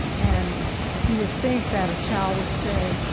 and you would think that a child would say,